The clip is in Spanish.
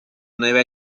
nueva